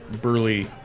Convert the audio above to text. burly